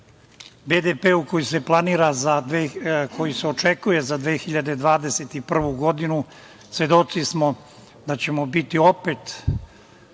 BDP-u koji se planira, odnosno očekuje za 2021. godinu, svedoci smo da ćemo biti opet